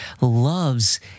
loves